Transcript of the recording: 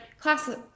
classes